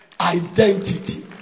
Identity